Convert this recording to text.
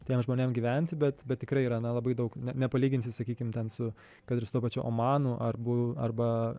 tiems žmonėm gyventi bet bet tikrai yra na labai daug ne nepalyginsi sakykim ten su kad ir su tuo pačiu omanu arbu arba